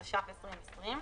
התש"ף-2020,